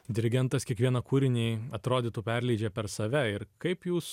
dirigentas kiekvieną kūrinį atrodytų perleidžia per save ir kaip jūs